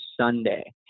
Sunday